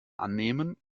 annehmen